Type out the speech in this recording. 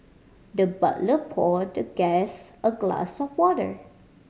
the butler poured the guest a glass of water